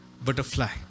butterfly